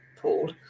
Paul